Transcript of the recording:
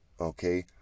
okay